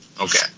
Okay